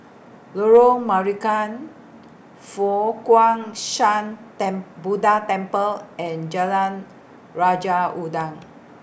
Lorong Marican Fo Guang Shan ten Buddha Temple and Jalan Raja Udang